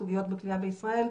'סוגיות בכליאה בישראל',